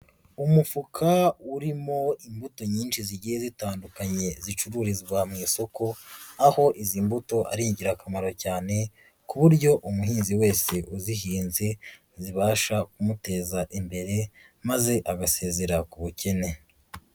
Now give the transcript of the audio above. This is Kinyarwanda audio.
Umufuka urimo imbuto nyinshi zigiye zitandukanye zicururizwa mu isoko, aho izi mbuto ari ingirakamaro cyane ku buryo umuhinzi wese uzihinze zibasha kumuteza imbere, maze agasezera ku bukene.